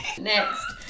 Next